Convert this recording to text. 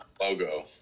logo